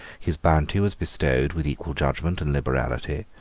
his bounty was bestowed with equal judgment and liberality,